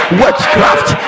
witchcraft